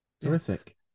terrific